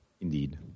Indeed